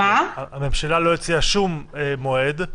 הממשלה לא הציעה שום מועד.